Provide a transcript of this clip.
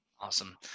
Awesome